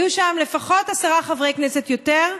היו שם לפחות עשרה חברי כנסת יותר,